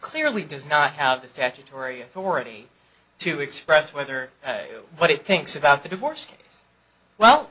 clearly does not have the statutory authority to express whether what it thinks about the divorce